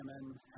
women